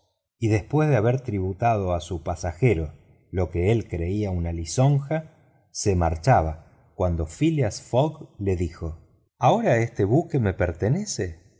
y después de haber tributado a su pasajero lo que él creía una lisonja se marchaba cuando phileas fogg le dijo ahora este buque me pertenece